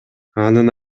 анын